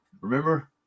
remember